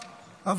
תודה, אדוני.